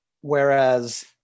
Whereas